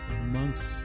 amongst